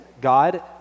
God